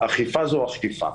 אכיפה זו אכיפה.